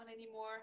anymore